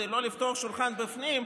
כדי לא לפתוח שולחן בפנים,